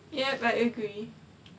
yup I agree